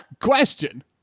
Question